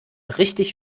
richtig